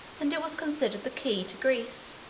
and it was considered the key to greece.